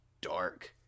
dark